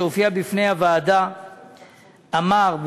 שהופיע בפני ועדת המדע,